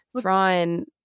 Thrawn